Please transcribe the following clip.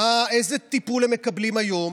איזה טיפול הם מקבלים היום?